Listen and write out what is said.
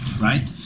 right